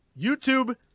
YouTube